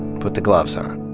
put the gloves on.